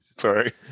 Sorry